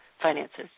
finances